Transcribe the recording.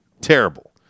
Terrible